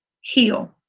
Heal